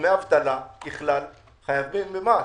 דמי אבטלה ככלל חייבים במס.